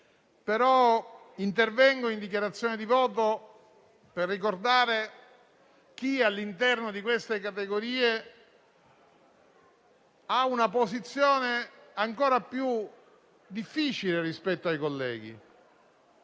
Intervengo in dichiarazione di voto per ricordare chi, all'interno di queste categorie, ha una posizione ancora più difficile rispetto ai suoi colleghi.